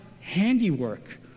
handiwork